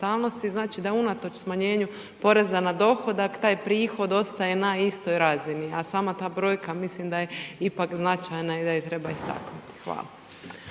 Znači da unatoč smanjenju poreza na dohodak taj prihod ostaje na istoj razini, a sama ta brojka mislim da je ipak značajna i da je treba istaknuti. Hvala.